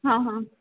हां हां